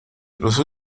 los